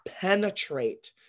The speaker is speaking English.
penetrate